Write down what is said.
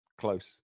Close